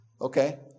Okay